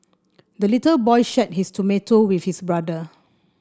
the little boy shared his tomato with his brother